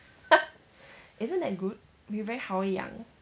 isn't that good we very 好养